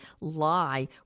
lie